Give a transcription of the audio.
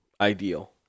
ideal